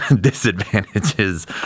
disadvantages